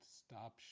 stop